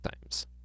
times